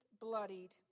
bloodied